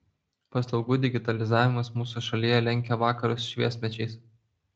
paslaugų digitalizavimas mūsų šalyje lenkia vakarus šviesmečiais